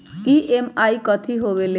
EMI कथी होवेले?